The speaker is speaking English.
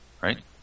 Right